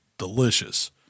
delicious